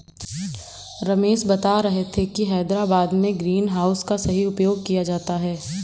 रमेश बता रहे थे कि हैदराबाद में ग्रीन हाउस का सही उपयोग किया जाता है